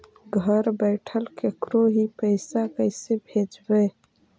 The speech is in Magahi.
घर बैठल केकरो ही पैसा कैसे भेजबइ?